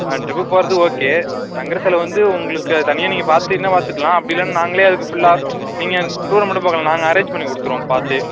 ஆ trip போறது okay தங்குற செலவு வந்து உங்களுக்கு அதை தனியாக நீங்கள் பார்த்துக்கிறிங்னா பார்த்துக்கலாம் அப்படி இல்லைனா நாங்களே அதுக்கு ஃபுல்லாக நீங்கள் டூரை மட்டும் பார்க்கலாம் நாங்கள் அரேஞ்ச் பண்ணி கொடுத்துருவோம் பார்த்து